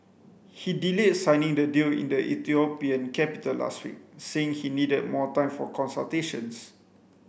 he delayed signing the deal in the Ethiopian capital last week saying he needed more time for consultations